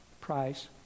price